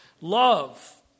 Love